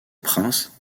princes